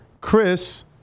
Chris